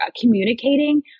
communicating